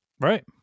Right